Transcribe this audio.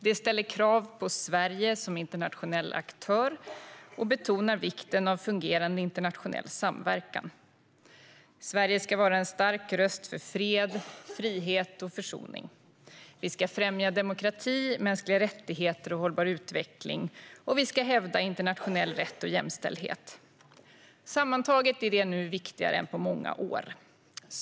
Detta ställer krav på Sverige som internationell aktör och betonar vikten av fungerande internationell samverkan. Sverige ska vara en stark röst för fred, frihet och försoning. Vi ska främja demokrati, mänskliga rättigheter och hållbar utveckling, och vi ska hävda internationell rätt och jämställdhet. Sammantaget är det nu viktigare än på många år.